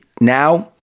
now